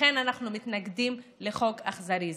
לכן אנחנו מתנגדים לחוק אכזרי זה.